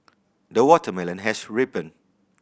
the watermelon has ripened